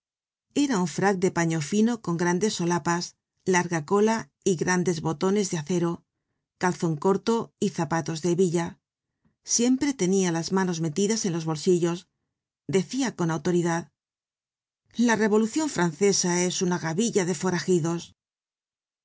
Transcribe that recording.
un frac de paño fino con grandes solapas larga cola y grandes botones de acero calzon corto y zapatos de hebilla siempre tenia las manos metidas en los bolsillos decia con autoridad la revolucion fran cesa es una gavilla de